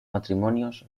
matrimonios